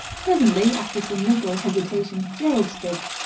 presently, after some little hesitation, gerald spoke.